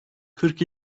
kırk